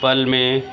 پل میں